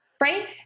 Right